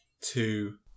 two